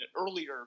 earlier